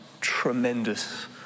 tremendous